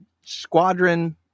squadron